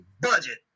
budget